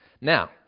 Now